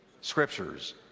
Scriptures